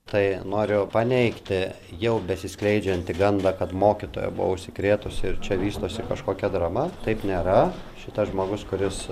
tai noriu paneigti jau besiskleidžiantį gandą kad mokytoja buvo užsikrėtusi ir čia vystosi kažkokia drama taip nėra šitas žmogus kuris